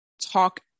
talk